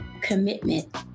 commitment